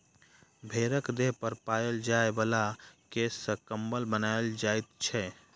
भेंड़क देह पर पाओल जाय बला केश सॅ कम्बल बनाओल जाइत छै